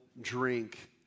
drink